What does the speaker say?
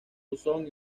buzón